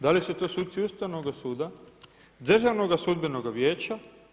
Da li su to suci Ustavnoga suda, Državnoga sudbenoga vijeća?